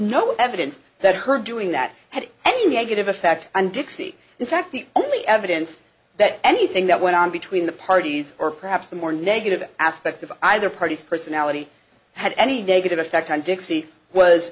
no evidence that her doing that had any negative effect on dixie in fact the only evidence that anything that went on between the parties or perhaps the more negative aspects of either party's personality had any david in effect on dixie was